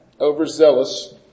overzealous